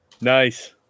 Nice